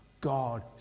God